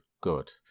good